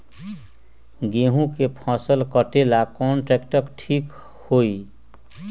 गेहूं के फसल कटेला कौन ट्रैक्टर ठीक होई?